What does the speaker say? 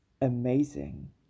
amazing